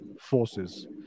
forces